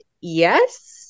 yes